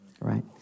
Right